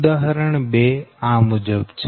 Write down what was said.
ઉદાહરણ 2 આ મુજબ છે